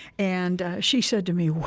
and she said to me, well,